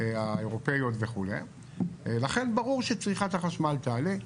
האירופאיות וכו', לכן ברור שצריכת החשמל תעלה.